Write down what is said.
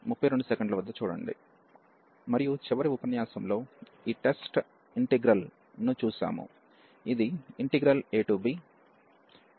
మరియు చివరి ఉపన్యాసంలో ఈ టెస్ట్ ఇంటిగ్రల్ ను చూశాము ఇది ab1x apdx